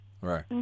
Right